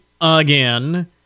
again